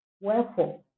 Wherefore